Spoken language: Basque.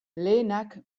lehenak